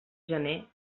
gener